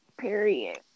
Period